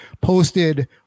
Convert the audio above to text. posted